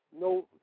no